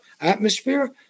atmosphere